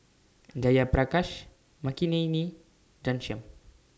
Jayaprakash Makineni and Ghanshyam